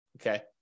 okay